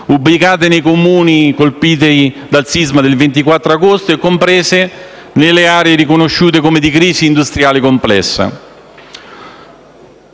ubicate nei Comuni colpiti dal sisma del 24 agosto e comprese nelle aree riconosciute come di crisi industriale complessa.